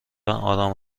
آرام